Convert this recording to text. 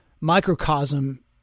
microcosm